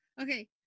Okay